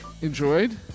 enjoyed